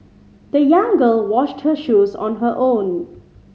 the young girl washed her shoes on her own